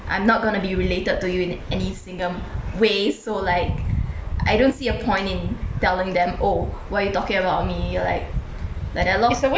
I am not going to be related to you in any single way so like I don't see a point in telling them oh what you talking about me like like that lor